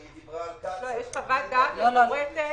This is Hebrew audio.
יש חוות דעת מפורטת.